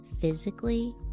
physically